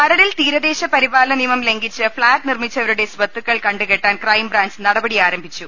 മരടിൽ തീരദേശ പരിപാലന നിയമം ലംഘിച്ച് ഫ്ളാറ്റ് നിർമ്മിച്ചവരുടെ സ്വത്തുക്കൾ കണ്ടുകെട്ടാൻ ക്രൈംബ്രാഞ്ച് നട പടി ആരംഭിച്ചു